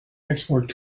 export